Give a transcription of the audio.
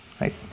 right